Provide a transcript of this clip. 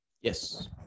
yes